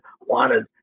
wanted